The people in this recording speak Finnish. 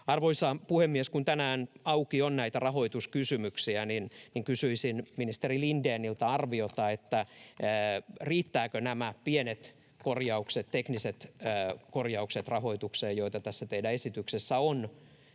Arvoisa puhemies! Kun tänään auki on näitä rahoituskysymyksiä, niin kysyisin ministeri Lindéniltä arviota, riittävätkö rahoitukseen nämä pienet korjaukset, tekniset korjaukset, joita tässä teidän esityksessänne